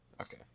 Okay